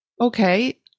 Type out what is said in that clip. okay